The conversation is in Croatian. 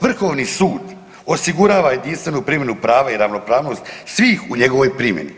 Vrhovni sud osigurava jedinstvenu primjenu prava i ravnopravnost svih u njegovoj primjeni.